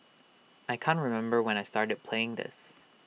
I can't remember when I started playing this